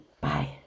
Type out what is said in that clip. Bye